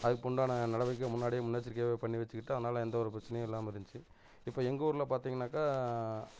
அதுக்கு உண்டான நடவடிக்கை முன்னாடியே முன்னெச்சரிக்கையாகவே பண்ணி வச்சுக்கிட்டோம் அதனால எந்த ஒரு பிரச்சனையும் இல்லாமல் இருந்துச்சு இப்போ எங்கள் ஊரில் பார்த்திங்கனாக்கா